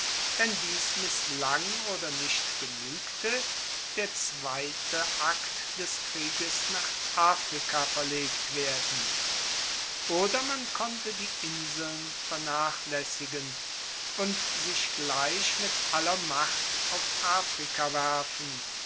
wenn dies misslang oder nicht genuegte der zweite akt des krieges nach afrika verlegt werden oder man konnte die inseln vernachlaessigen und sich gleich mit aller macht auf afrika werfen